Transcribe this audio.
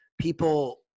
people